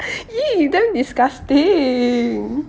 !ee! damn disgusting